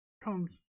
Comes